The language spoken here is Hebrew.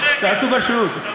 תעשו פרשנות.